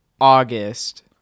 August